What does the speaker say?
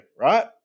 right